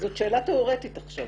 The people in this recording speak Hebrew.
זאת שאלה תיאורטית עכשיו.